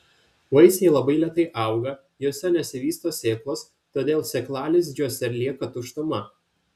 vaisiai labai lėtai auga juose nesivysto sėklos todėl sėklalizdžiuose lieka tuštuma